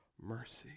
mercy